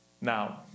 Now